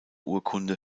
urkunde